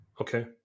Okay